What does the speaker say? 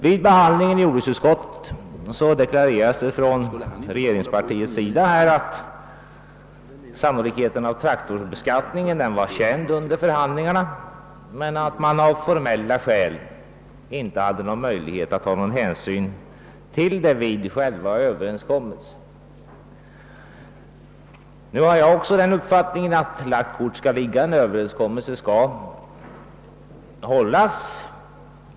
Vid behandlingen inom jordbruksutskottet deklarerades från regeringspartiets ledamöter att sannolikheten för genomförande av traktorbeskattningen var känd under jordbruksförhandlingarna men att man av formella skäl inte hade någon möjlighet att ta hänsyn därtill vid träffandet av överenskommelsen. Också jag har den uppfattningen att lagt kort skall ligga — en överenskommelse skall hållas.